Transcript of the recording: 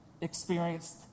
experienced